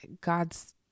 God's